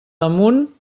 damunt